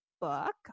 book